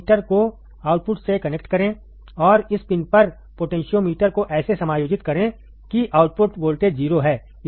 metre को output से connect करें और इस पिन पर पोटेंशियोमीटर को ऐसे समायोजित करें कि आउटपुट वोल्टेज 0 है